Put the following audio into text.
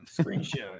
Screenshot